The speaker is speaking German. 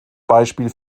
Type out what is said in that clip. beispiel